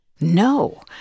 No